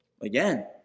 Again